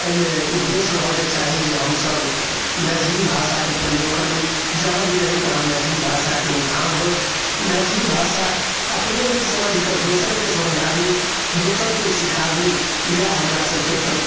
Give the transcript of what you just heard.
अइमे उद्देश्य रहऽके चाही जे हमसब मैथिली भाषाके प्रयोग करी जहाँ भी रही तहाँ मैथिली भाषाके उत्थान होइ मैथिली भाषा अपने नहि समझिके दोसरके समझाबी दोसरके सीखाबी इएह हमरा सबके प्र